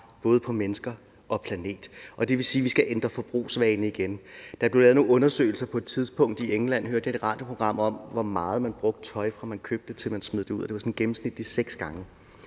både mennesker og planet. Det vil sige, at vi skal ændre forbrugsvaner igen. Der er på et tidspunkt blevet lavet nogle undersøgelser i England, hørte jeg et program om, om, hvor meget man brugte tøj, fra man købte det, til man smed det ud, og det var sådan gennemsnitligt seks gange.